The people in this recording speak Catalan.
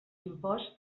imposts